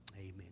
Amen